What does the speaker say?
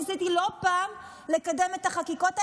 ניסיתי לא פעם לקדם את החקיקות האלה,